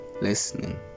listening